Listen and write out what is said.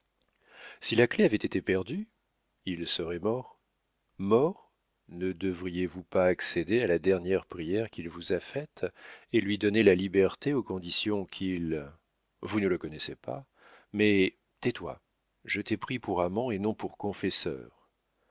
si la clef avait été perdue il serait mort mort ne devriez-vous pas accéder à la dernière prière qu'il vous a faite et lui donner la liberté aux conditions qu'il vous ne le connaissez pas mais tais-toi je t'ai pris pour amant et non pour confesseur